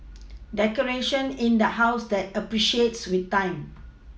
decoration in the house that appreciates with time